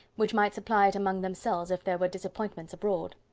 which might supply it among themselves if there were disappointments abroad.